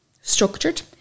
structured